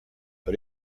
but